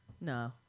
No